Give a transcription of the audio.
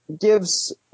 gives